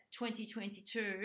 2022